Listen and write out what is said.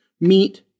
meat